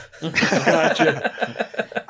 Gotcha